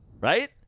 right